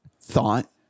Thought